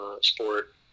sport